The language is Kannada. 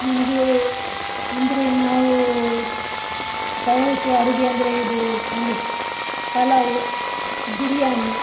ನನಗೆ ಅಂದರೆ ನಾವು ತಯಾರಿಸುವ ಅಡಿಗೆ ಅಂದರೆ ಇದು ನನಗೆ ಪಲಾವು ಬಿರಿಯಾನಿ